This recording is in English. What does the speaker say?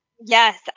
Yes